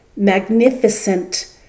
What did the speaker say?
magnificent